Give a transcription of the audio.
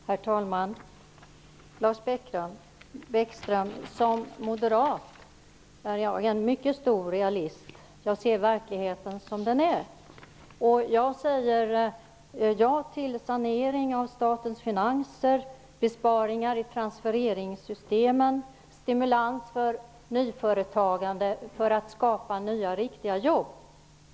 Herr talman! Som moderat är jag en mycket stor realist, Lars Bäckström. Jag ser verkligheten som den är. Jag säger ja till sanering av statens finanser, besparingar i transfereringssystemen och stimulans för nyföretagande för att skapa nya riktiga jobb.